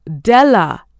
Della